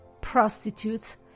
prostitutes